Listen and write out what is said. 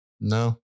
no